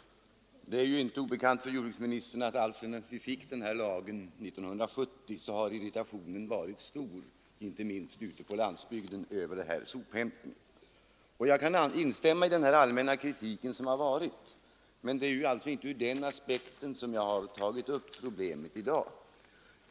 - Det är ju inte obekant för jordbruksministern att alltsedan vi fick denna lag 1970 har irritationen varit stor, inte minst ute på landsbygden, över den här sophämtningen. Jag kan instämma i den allmänna kritik som har förekommit, men det är inte ur den aspekten som jag tagit upp problemet i dag.